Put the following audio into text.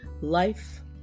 Life